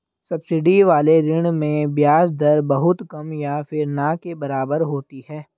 subsidy वाले ऋण में ब्याज दर बहुत कम या फिर ना के बराबर होती है